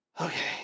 Okay